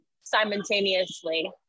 simultaneously